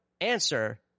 answer